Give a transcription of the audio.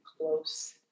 close